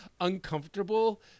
uncomfortable